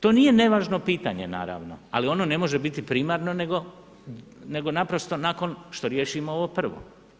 To nije nevažno pitanje naravno, ali ono ne može biti primarno nego naprosto nakon što riješimo ovo prvo.